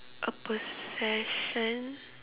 a possession